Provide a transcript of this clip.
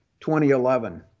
2011